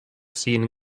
seen